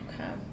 okay